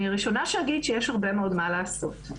אני הראשונה שאגיד שיש הרבה מאוד מה לעשות.